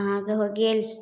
अहाँके हो गेल